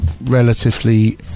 relatively